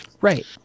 Right